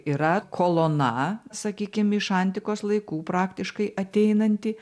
yra kolona sakykim iš antikos laikų praktiškai ateinanti